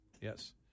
Yes